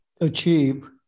achieve